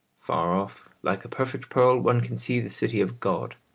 far off, like a perfect pearl, one can see the city of god.